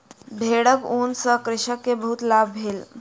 भेड़क ऊन सॅ कृषक के बहुत लाभ भेलै